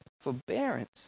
forbearance